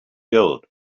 gold